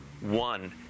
one